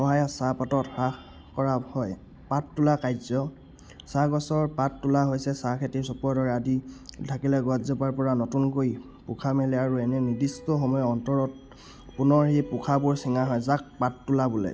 সহায়ত চাহপাতত হ্ৰাস কৰা হয় পাত তোলা কাৰ্য চাহ গছৰ পাত তোলা হৈছে চাহ খেতিৰ চপোৱাৰ দৰে আদি থাকিলে গছজোপাৰ পৰা নতুনকৈ পোখা মেলে আৰু এনে নিৰ্দিষ্ট সময় অন্তৰত পুনৰ সেই পোখাবোৰ চিঙা হয় যাক পাত তোলা বোলে